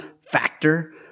Factor